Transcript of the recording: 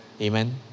Amen